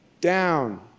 down